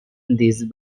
these